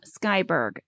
Skyberg